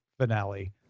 finale